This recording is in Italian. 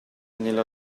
nella